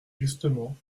justement